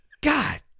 God